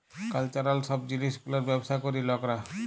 cultural সব জিলিস গুলার ব্যবসা ক্যরে লকরা